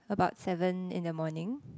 about seven in the morning